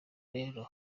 rero